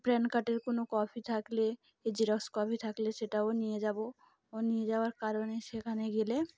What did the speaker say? pan কার্ডের কোনো copy থাকলে এ জেরক্স কপি থাকলে সেটাও নিয়ে যাব ও নিয়ে যাওয়ার কারণে সেখানে গেলে